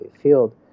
field